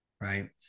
right